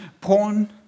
porn